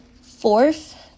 Fourth